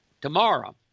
tomorrow